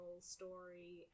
story